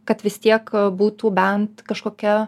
kad vis tiek būtų bent kažkokia